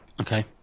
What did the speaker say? Okay